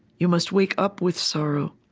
you must wake up with sorrow.